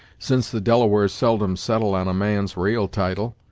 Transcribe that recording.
since the delawares seldom settle on a man's ra'al title,